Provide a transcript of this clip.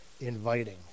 inviting